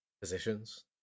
positions